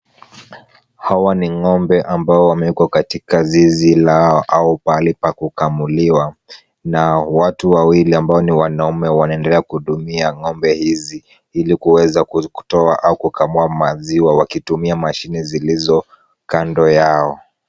Hawa ni ng'ombe ambao wamewekwa katika zizi lao au pahali pa kukamuliwa na watu wawili ambao ni wanaume wanaendelea kuhudumia ng'ombe hizi ili kuweza kutoa au kukamua maziwa wakitumia mashine zilizo kando yao.